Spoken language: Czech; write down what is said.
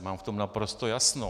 Mám v tom naprosto jasno.